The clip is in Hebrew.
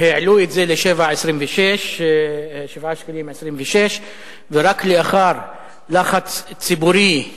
והעלו את זה ל-7.26 שקלים, ורק לאחר לחץ ציבורי,